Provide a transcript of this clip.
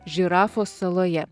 žirafos saloje